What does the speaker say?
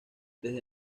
desde